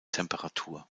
temperatur